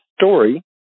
story